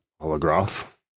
Holograph